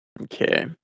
Okay